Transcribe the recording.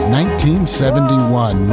1971